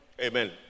Amen